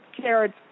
carrots